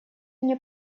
мне